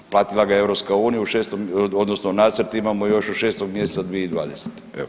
Platila ga je EU, odnosno nacrt imamo još od 6 mjeseca 2020.